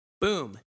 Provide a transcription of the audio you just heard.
Boom